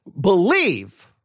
believe